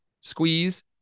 squeeze